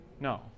no